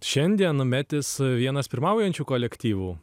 šiandien metis vienas pirmaujančių kolektyvų